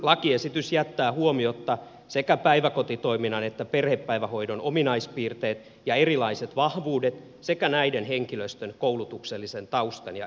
lakiesitys jättää huomiotta sekä päiväkotitoiminnan että perhepäivähoidon ominaispiirteet ja erilaiset vahvuudet sekä näiden henkilöstön koulutuksellisen taustan ja eron